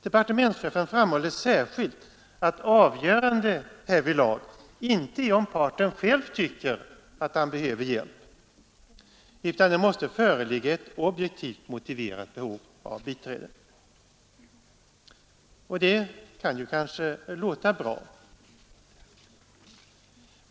Departementschefen framhåller särskilt att avgörande därvidlag inte är om parten själv tycker att han behöver hjälp, utan det måste föreligga ett objektivt motiverat behov av biträde. Och det kan kanske låta bra.